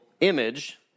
image